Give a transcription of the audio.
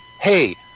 hey